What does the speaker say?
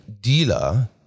dealer